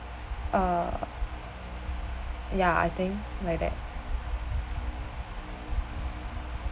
uh ya I think like that